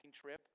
trip